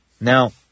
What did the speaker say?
Now